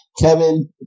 Kevin